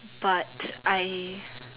but I